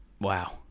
wow